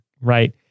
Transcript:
Right